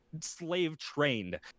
slave-trained